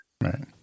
Right